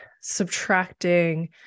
subtracting